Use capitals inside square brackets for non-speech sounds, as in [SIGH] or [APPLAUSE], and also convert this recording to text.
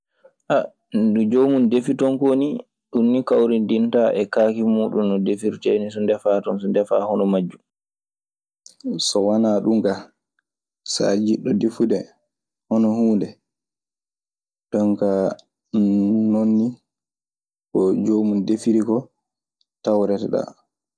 [HESITATION] ndu joomun defiton koo nii, ɗun nii kawrindintaa e kaake muuɗun; no defiirtee nii. So ndefaa ton, so ndefaa hono majjun. So wanaa ɗun kaa, so a jiɗɗo defude hono huunde. Jon kaa non nii ko joomun defiri koo tawreteɗaa.